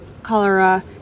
cholera